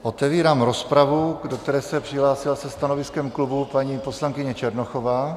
Otevírám rozpravu, do které se přihlásila se stanoviskem klubu paní poslankyně Černochová.